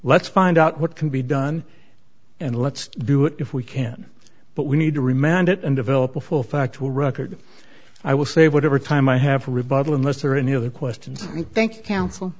let's find out what can be done and let's do it if we can but we need to remand it and develop a full factual record i will save whatever time i have a rebuttal in this or any other questions thank you cancel